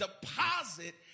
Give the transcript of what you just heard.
deposit